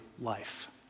life